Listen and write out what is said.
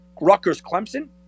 Rutgers-Clemson